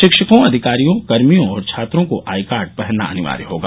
शिक्षकों अधिकारियों कर्मियों और छात्रों को आईकार्ड पहनना अनिवार्य होगा